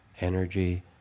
energy